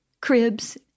cribs